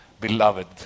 beloved